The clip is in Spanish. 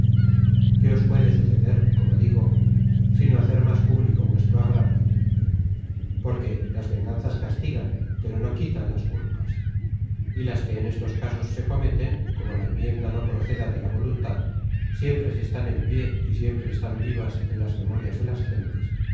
qué os puede suceder como digo sino hacer más público vuestro agravio porque las venganzas castigan pero no quitan las culpas y las que en estos casos se cometen como la enmienda no proceda de la voluntad siempre se están en pié y siempre están vivas en las memorias de las gentes